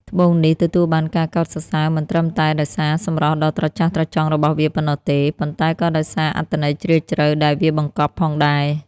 ត្បូងនេះទទួលបានការកោតសរសើរមិនត្រឹមតែដោយសារសម្រស់ដ៏ត្រចះត្រចង់របស់វាប៉ុណ្ណោះទេ ប៉ុន្តែក៏ដោយសារអត្ថន័យជ្រាលជ្រៅដែលវាបង្កប់ផងដែរ។